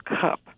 cup